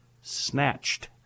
Snatched